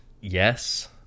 Yes